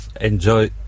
enjoy